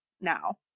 now